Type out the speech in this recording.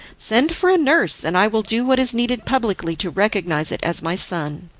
send for a nurse, and i will do what is needful publicly to recognise it as my son.